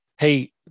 Hey